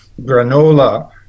granola